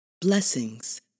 Blessings